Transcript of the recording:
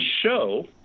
show